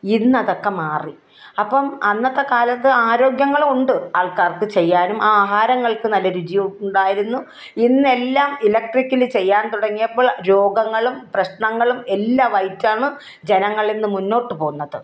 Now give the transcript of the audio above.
ഇന്നതൊക്കെ മാറി അപ്പം അന്നത്തെക്കാലത്ത് ആരോഗ്യങ്ങളുണ്ട് ആൾക്കാർക്ക് ചെയ്യാനും ആ ആഹാരങ്ങൾക്ക് നല്ല രുചി ഉണ്ടായിരുന്നു ഇന്നെല്ലാം ഇലക്ട്രിക്കൽ ചെയ്യാൻ തുടങ്ങിയപ്പോൾ രോഗങ്ങളും പ്രശ്നങ്ങളും എല്ലാമായിട്ടാണ് ജനങ്ങൾ ഇന്ന് മുന്നോട്ട് പോകുന്നത്